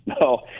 No